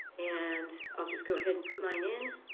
and i'll just go ahead and put mine in.